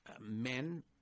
men